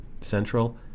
Central